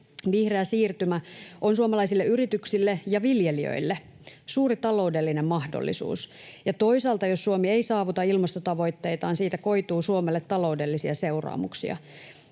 Vihreä siirtymä on suomalaisille yrityksille ja viljelijöille suuri taloudellinen mahdollisuus. Toisaalta, jos Suomi ei saavuta ilmastotavoitteitaan, siitä koituu Suomelle taloudellisia seuraamuksia.